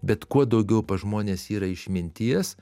bet kuo daugiau pas žmones yra išminties